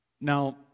Now